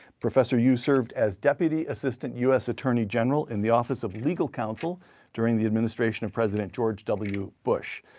professor yoo served as deputy assistant us attorney general in the office of legal counsel during the administration of president george w bush.